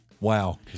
Wow